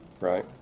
right